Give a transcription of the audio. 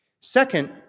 Second